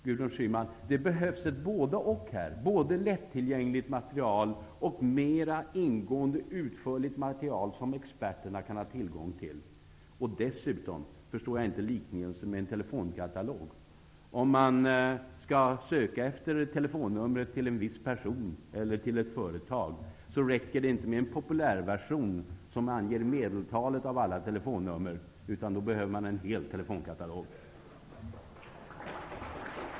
Gudrun Schyman, det behövs ett både-och i detta sammanhang, både lättillgängligt material och mer ingående och utförligt material som experterna kan ha tillgång till. Dessutom förstår jag inte liknelsen med en telefonkatalog. Om man skall söka efter ett telefonnummer till en viss person eller till ett företag räcker det inte med en populärversion som anger medeltalet av alla telefonnummer, utan då behöver man en hel telefonkatalog.